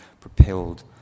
propelled